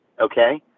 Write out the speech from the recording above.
okay